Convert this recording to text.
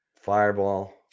Fireball